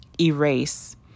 erase